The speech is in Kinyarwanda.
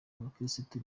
abakiristu